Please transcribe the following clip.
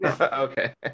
Okay